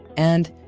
and,